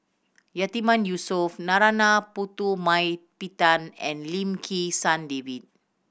Yatiman Yusof Narana Putumaippittan and Lim Kim San David